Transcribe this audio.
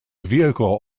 vehicle